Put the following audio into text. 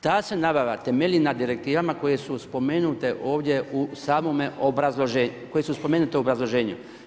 Ta se nabava temelji na direktivama koje su spomenuti ovdje u samome obrazloženju, koje su spomenute u obrazloženju.